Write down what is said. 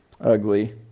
Ugly